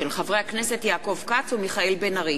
בעקבות דיון מהיר בהצעות של חברי הכנסת יעקב כץ ומיכאל בן-ארי.